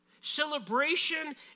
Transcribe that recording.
Celebration